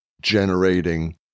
generating